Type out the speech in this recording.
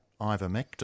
ivermectin